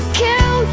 kill